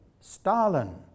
Stalin